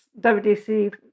WDC